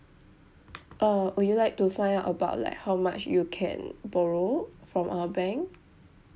uh would you like to find about like how much you can borrow from our bank